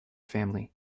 family